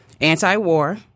anti-war